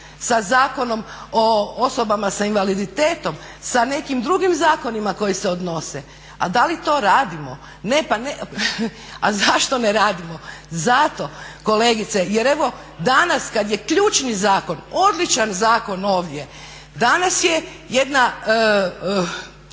sa Zakonom o osobama sa invaliditetom, sa nekim drugim zakonima koji se odnose. A da li to radimo? Ne, pa ne. A zašto ne radimo? Zato kolegice jer evo danas kad je ključni zakon, odličan zakon ovdje danas je jedna